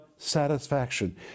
satisfaction